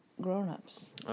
grown-ups